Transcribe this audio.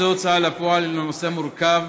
ההוצאה לפועל היא נושא מורכב.